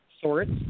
sorts